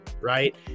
right